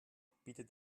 bietet